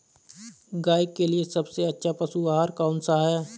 गाय के लिए सबसे अच्छा पशु आहार कौन सा है?